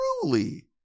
truly